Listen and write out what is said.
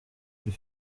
kuri